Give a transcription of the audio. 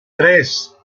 tres